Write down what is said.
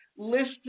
listed